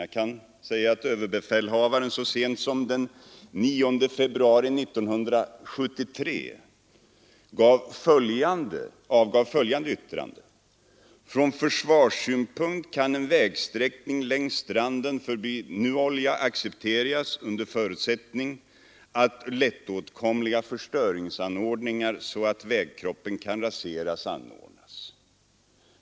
Jag kan nämna att överbefälhavaren så sent som den 9 februari 1973 avgav följande yttrande: Från försvarssynpunkt kan en vägsträckning längs stranden förbi Nuolja accepteras under förutsättning att lättåtkomliga förstöringsanordningar så att vägkroppen kan raseras anordnas.